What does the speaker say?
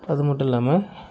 அதுமட்டும் இல்லாமல்